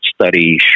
study